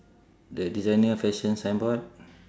the designer fashion signboard